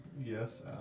yes